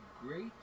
Great